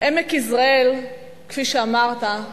עמק יזרעאל, כפי שאמרת,